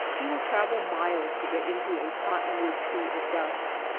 he will travel miles to get into a cotton-wood tree at dusk,